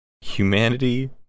Humanity